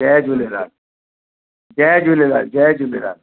जय झूलेलाल जय झूलेलाल जय झूलेलाल